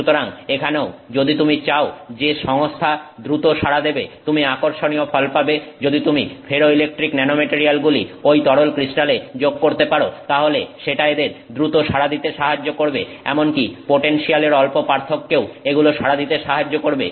সুতরাং এখানেও যদি তুমি চাও যে সংস্থা দ্রুত সাড়া দেবে তুমি আকর্ষণীয় ফল পাবে যদি তুমি ফেরোইলেকট্রিক ন্যানোমেটারিয়ালগুলি ঐ তরল ক্রিস্টালে যোগ করতে পারো তাহলে সেটা এদের দ্রুত সাড়া দিতে সাহায্য করবে এমনকি পোটেনসিয়ালের অল্প পার্থক্যেও এগুলো সাড়া দিতে সাহায্য করাবে